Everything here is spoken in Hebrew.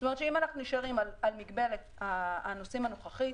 זאת אומרת שאם אנחנו נשארים על מגבלת הנוסעים הנוכחית,